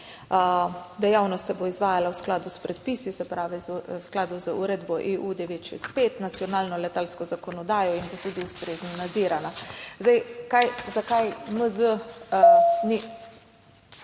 Dejavnost se bo izvajala v skladu s predpisi, se pravi v skladu z uredbo EU 965, nacionalno letalsko zakonodajo in bo tudi ustrezno nadzirana. Zakaj